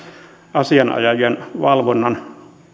asianajajien valvonnan